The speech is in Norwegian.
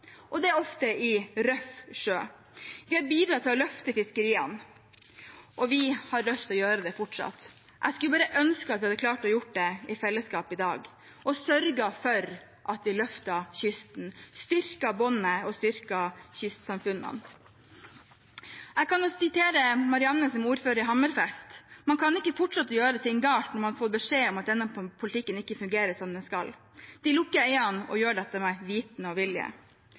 ofte i røff sjø. Vi har bidratt til å løfte fiskeriene, og vi har lyst til å gjøre det fortsatt. Jeg skulle bare ønske at vi hadde klart å gjøre det i fellesskap i dag og sørget for at vi løftet kysten, styrket båndet og styrket kystsamfunnene. Jeg kan jo sitere Marianne, som er ordfører i Hammerfest: «Man kan ikke fortsette å gjøre ting galt når man har fått beskjed om at denne politikken ikke fungerer slik den skal. De lukker øynene, og gjør dette med viten og vilje.»